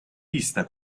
vista